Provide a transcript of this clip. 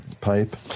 pipe